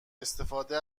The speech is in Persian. استفاده